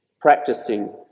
practicing